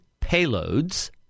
payloads